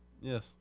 Yes